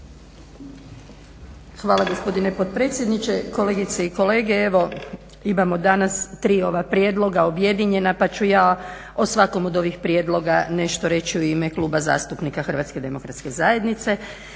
Hvala gospodine potpredsjedniče, kolegice i kolege. Evo imamo danas ova tri prijedloga objedinjena, pa ću ja o svakom od ovih prijedloga nešto reći u ime Kluba zastupnika HDZ-a. Radi